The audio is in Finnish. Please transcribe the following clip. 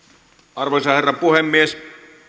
arvoisa herra puhemies